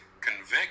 convict